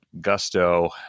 gusto